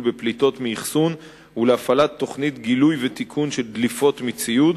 בפליטות מאחסון ולהפעלת תוכנית גילוי ותיקון של דליפות מציוד,